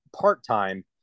part-time